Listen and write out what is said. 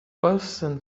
person